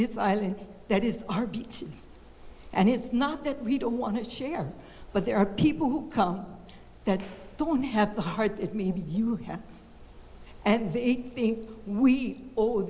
this island that is our beach and it's not that we don't want to share but there are people who come that don't have the heart it maybe you have and the pain we